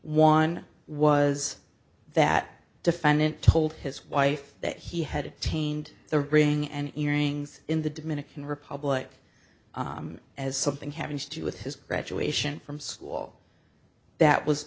one was that defendant told his wife that he had attained the ring and earrings in the dominican republic as something having to do with his graduation from school that was